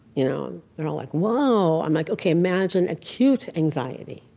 you know and they're all like, whoa. i'm like, ok, imagine acute anxiety.